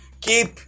keep